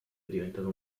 diventato